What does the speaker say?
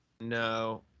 No